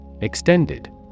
Extended